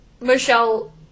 Michelle